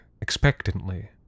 expectantly